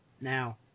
Now